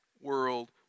world